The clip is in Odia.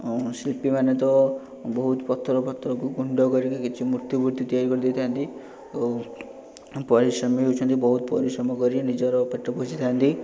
ଉଁ ଶିଳ୍ପୀମାନେ ତ ବହୁତ ପଥର ଫଥରକୁ ଗୁଣ୍ଡ କରିକି କିଛି ମୂର୍ତ୍ତିଫୁର୍ତ୍ତି ତିଆରି କରିଦେଇଥାନ୍ତି ଓ ପରିଶ୍ରମୀ ହୋଇଛନ୍ତି ବହୁତ ପରିଶ୍ରମ କରି ନିଜର ପେଟ ପୋଷିଥାନ୍ତି